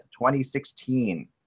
2016